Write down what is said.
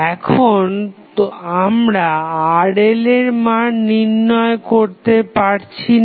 এখন আমরা RL এর মান নির্ণয় করতে বলছি না